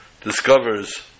discovers